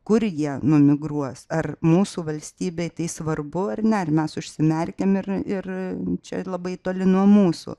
kur jie numigruos ar mūsų valstybei tai svarbu ar ne ar mes užsimerkiam ir ir čia labai toli nuo mūsų